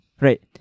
right